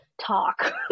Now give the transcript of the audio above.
talk